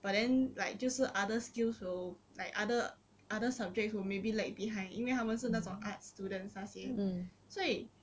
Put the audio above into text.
but then like 就是 other skill will like other other subjects will maybe lag behind 因为他们是那种 arts students 那些所以